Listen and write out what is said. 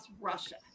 Russia